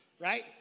Right